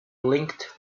linked